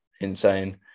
insane